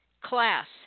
class